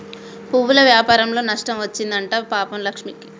పువ్వుల వ్యాపారంలో నష్టం వచ్చింది అంట పాపం లక్ష్మికి